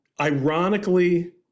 Ironically